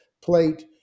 plate